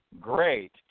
great